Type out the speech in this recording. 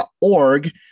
.org